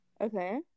Okay